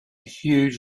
huge